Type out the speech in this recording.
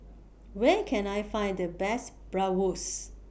Where Can I Find The Best Bratwurst